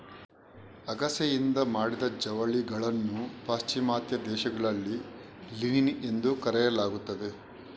ಅಗಸೆಯಿಂದ ಮಾಡಿದ ಜವಳಿಗಳನ್ನು ಪಾಶ್ಚಿಮಾತ್ಯ ದೇಶಗಳಲ್ಲಿ ಲಿನಿನ್ ಎಂದು ಕರೆಯಲಾಗುತ್ತದೆ